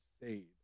insane